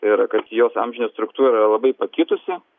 ir jos amžinė struktūra yra labai pakitusi